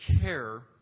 care